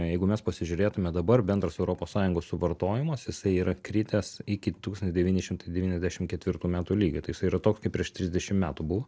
jeigu mes pasižiūrėtume dabar bendras europos sąjungos suvartojimas jisai yra kritęs iki tūkstantis devyni šimtai devyniasdešim ketvirtų metų lygio tai jis yra toks kaip prieš trisdešim metų buvo